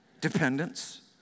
Dependence